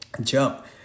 jump